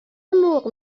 مرغ